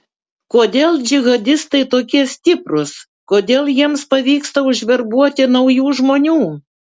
kodėl džihadistai tokie stiprūs kodėl jiems pavyksta užverbuoti naujų žmonių